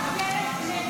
נתקבלה.